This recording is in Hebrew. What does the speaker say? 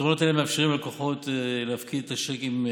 פתרונות אלו מאפשרים ללקוחות להפקיד את הצ'קים,